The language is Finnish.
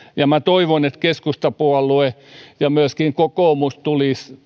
ja minä toivon että keskustapuolue ja myöskin kokoomus tulisivat